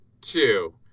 two